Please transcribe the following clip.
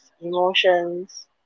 emotions